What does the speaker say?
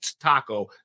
taco